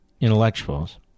intellectuals